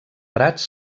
prats